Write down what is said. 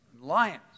lions